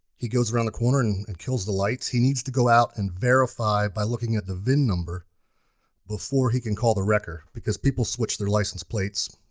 he goes around the corner and kills the lights. he needs to go out and verify by looking at the vin number before he can call the wrecker because people switch their license plates,